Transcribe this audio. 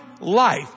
life